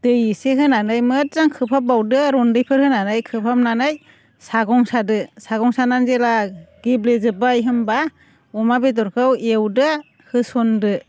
दै एसे होनानै मोजां खोबहाब बावदो रन्दैफोर होनानै खोबहाबनानै सागं सादो सागं सानानै जेब्ला गेब्ले जोब्बाय होनबा अमा बेदरखौ एवदो होसनदो